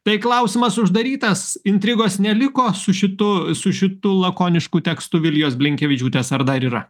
tai klausimas uždarytas intrigos neliko su šitu su šitu lakonišku tekstu vilijos blinkevičiūtės ar dar yra